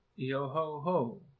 Yo-ho-ho